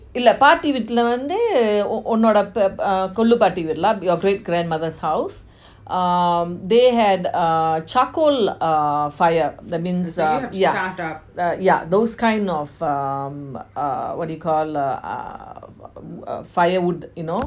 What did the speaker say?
இல்ல பாட்டி வீட்டுல வந்து:illa paati veetula vanthu your great grandmother's house um they had uh charcoal fire that means uh yeah uh yeah those kinds of um uh what do you call uh fire wood you know